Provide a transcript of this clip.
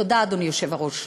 תודה, אדוני היושב-ראש.